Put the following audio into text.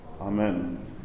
Amen